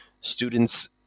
students